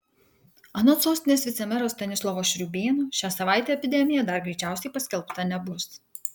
anot sostinės vicemero stanislovo šriūbėno šią savaitę epidemija dar greičiausiai paskelbta nebus